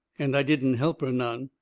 and i didn't help her none.